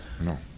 No